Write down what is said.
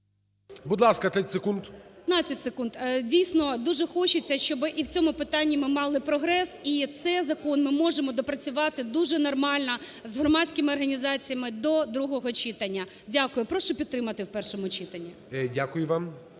І.В. 15 секунд. Дійсно, дуже хочеться, щоб і в цьому питанні ми мали прогрес, і цей закон ми можемо допрацювати дуже нормально з громадськими організаціями до другого читання. Дякую. Прошу підтримати в першому читанні. ГОЛОВУЮЧИЙ.